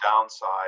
downside